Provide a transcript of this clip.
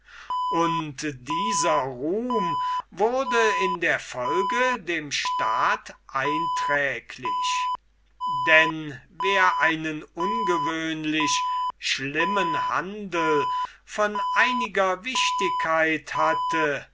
und dieser ruhm wurde in der folge dem staat einträglich denn wer einen ungewöhnlich schlimmen handel von einiger wichtigkeit hatte